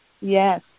Yes